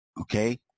Okay